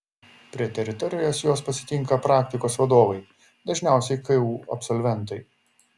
prie teritorijos juos pasitinka praktikos vadovai dažniausiai ku absolventai